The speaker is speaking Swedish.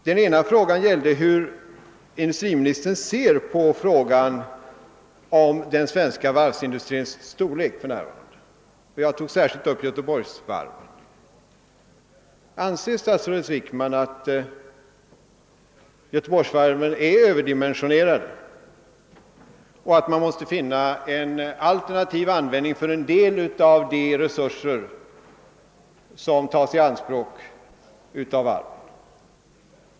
Den ena frågan gällde hur industriministern ser på den svenska varvsindustrins storlek för närvarande. Jag nämnde särskilt Göteborgsvarven. Anser statsrådet Wickman att Göteborgsvarven är Ööverdimensionerade och att man måste finna en alternativ användning för en del av de resurser som tas i anspråk av varven?